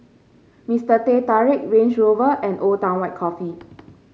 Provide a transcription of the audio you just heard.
Mister Teh Tarik Range Rover and Old Town White Coffee